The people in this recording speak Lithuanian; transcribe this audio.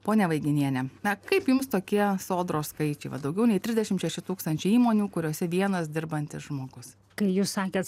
pone vaiginiene na kaip jums tokie sodros skaičiai va daugiau nei trisdešim šeši tūkstančiai įmonių kuriose vienas dirbantis žmogus kai jūs sakėt